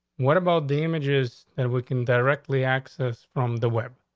what about damages? and we can directly access from the web.